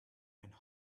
and